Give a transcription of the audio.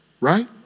right